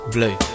Blue